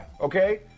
Okay